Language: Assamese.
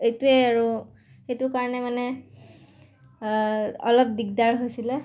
এইটোৱেই আৰু সেইটো কাৰণে মানে অলপ দিগদাৰ হৈছিলে